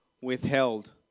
withheld